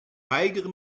weigere